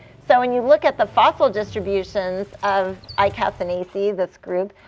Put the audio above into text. so when you look at the fossil distributions of icacinaceae, this group,